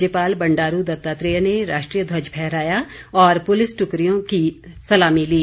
राज्यपाल बंडारू दत्तात्रेय ने राष्ट्रीय ध्वज फहराया और पुलिस टुकड़ियों की सलामी ली